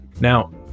now